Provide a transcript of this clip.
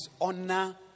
honor